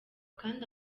kandi